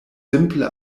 simple